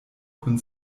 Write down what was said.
kun